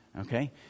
okay